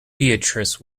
beatrice